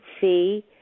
see